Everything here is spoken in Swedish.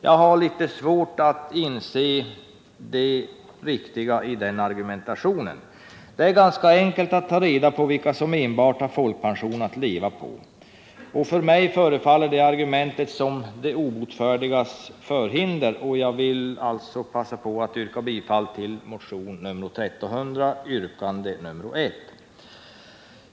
Jag har litet svårt att inse det riktiga i den argumentationen. Det är ganska enkelt att ta reda på vilka som enbart har folkpension att leva på. För mig förefaller argumentet som den obotfärdiges förhinder. Jag vill därför passa på att yrka bifall till motionen 1300, yrkande nr 1.